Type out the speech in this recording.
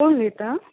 कोण उलयता